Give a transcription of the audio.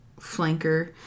flanker